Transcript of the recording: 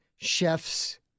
chefs